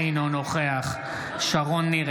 אינו נוכח שרון ניר,